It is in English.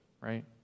right